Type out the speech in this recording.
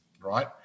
right